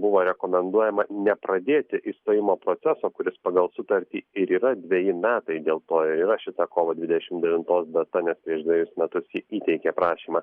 buvo rekomenduojama nepradėti išstojimo proceso kuris pagal sutartį ir yra dveji metai dėl to yra šita kovo dvidešimt devintos data nes prieš dvejus metus ji įteikė prašymą